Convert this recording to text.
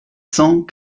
cent